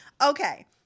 Okay